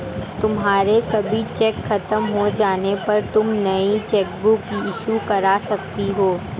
तुम्हारे सभी चेक खत्म हो जाने पर तुम नई चेकबुक इशू करवा सकती हो